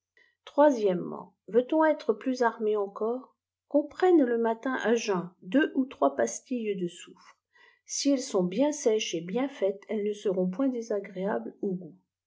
veut-on être plus armé encore qu'on prenne le tnatin à jeun deux ou trois pastilles de soufre si elles sont bien sèches et bien faites elles ne seront point désagréables au goût